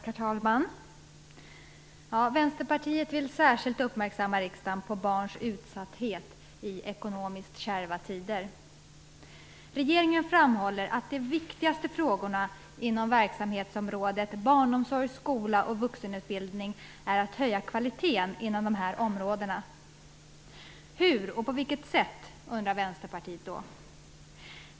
Herr talman! Vänsterpartiet vill särskilt uppmärksamma riksdagen på barns utsatthet i ekonomiskt kärva tider. Regeringen framhåller att den viktigaste frågan inom verksamhetsområdena barnomsorg, skola och vuxenutbildning är att höja kvaliteten inom dessa områden. Hur och på vilket sätt? undrar Vänsterpartiet.